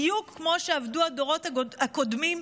בדיוק כמו שעבדו הדורות הקודמים,